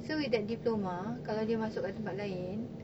so with that diploma kalau dia masuk kat tempat lain